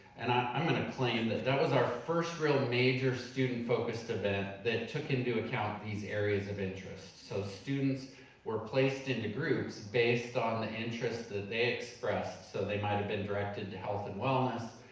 and i'm gonna claim that that was our first real major student-focused event that took into account these areas of interest. so students were placed into groups based on the interest that they expressed. so they might have been directed to health and wellness,